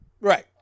right